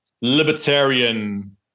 libertarian